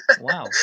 Wow